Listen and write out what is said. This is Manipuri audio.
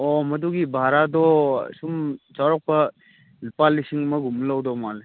ꯑꯣ ꯃꯗꯨꯒꯤ ꯕꯔꯥꯗꯣ ꯁꯨꯝ ꯆꯥꯎꯔꯛꯄ ꯂꯨꯄꯥ ꯂꯤꯁꯤꯡ ꯑꯃꯒꯨꯝꯕ ꯂꯧꯗꯧ ꯃꯥꯜꯂꯤ